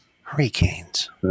Hurricanes